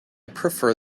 prefer